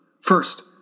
First